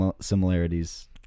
similarities